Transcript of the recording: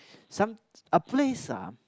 some a place ah